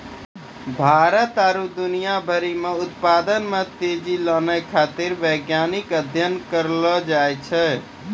भारत आरु दुनिया भरि मे उत्पादन मे तेजी लानै खातीर वैज्ञानिक अध्ययन करलो जाय छै